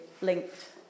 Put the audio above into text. linked